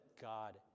God